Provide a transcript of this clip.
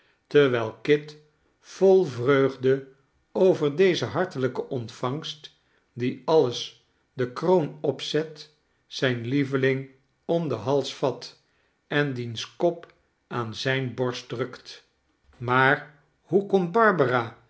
terwijl kit vol vreugde over deze hartelijke ontvangst die alles de kroon opzet zijn lieveling om den hals vat en diens kop aan zijne borst drukt maar hoe